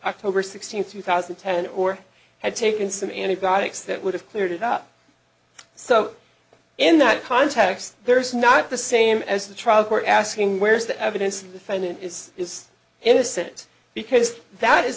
october sixteenth two thousand and ten or had taken some antibiotics that would have cleared up so in that context there is not the same as the trial court asking where's the evidence defendant is is innocent because that is